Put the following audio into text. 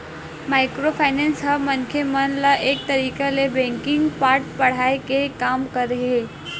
micro finance ह मनखे मन ल एक तरिका ले बेंकिग के पाठ पड़हाय के काम करे हे